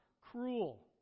cruel